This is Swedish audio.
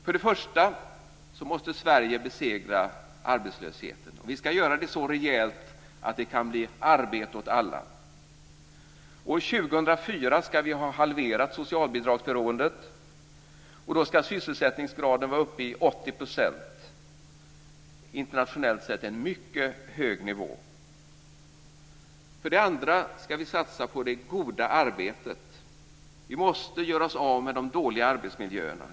För det första måste Sverige besegra arbetslösheten, och vi ska göra det så rejält att det kan bli arbete åt alla. År 2004 ska vi ha halverat socialbidragsberoendet, och då ska sysselsättningsgraden vara uppe i 80 %- internationellt sett en mycket hög nivå. För det andra ska vi satsa på det goda arbetet. Vi måste göra oss av med de dåliga arbetsmiljöerna.